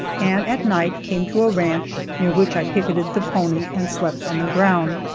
and at night came to a ranch, near which i picketed the pony and slept on the ground.